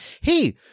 hey